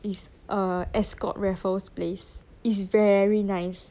it's err ascott raffles place is very nice